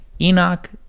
Enoch